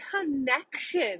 connection